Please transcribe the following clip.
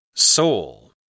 Soul